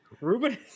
Ruben